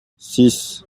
six